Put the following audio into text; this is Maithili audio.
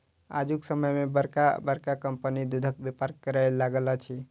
आजुक समय मे बड़का बड़का कम्पनी दूधक व्यापार करय लागल अछि